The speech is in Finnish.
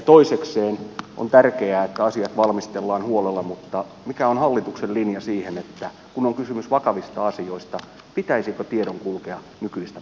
toisekseen on tärkeää että asiat valmistellaan huolella mutta mikä on hallituksen linja siihen että kun on kysymys vakavista asioista pitäisikö tiedon kulkea nykyistä paremmin